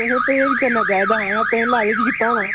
तुसें जादै खाई ओड़ेआ ते लालच कीता होना